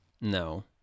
No